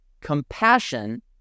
compassion